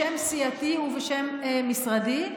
בשם סיעתי ובשם משרדי,